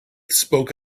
spoke